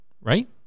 right